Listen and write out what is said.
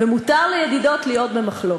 ומותר לידידות להיות במחלוקת.